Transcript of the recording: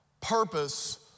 Purpose